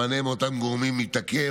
המענה מאותם גורמים מתעכב,